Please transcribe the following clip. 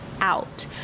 out